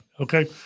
okay